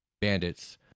bandits